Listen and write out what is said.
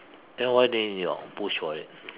then why didn't you push for it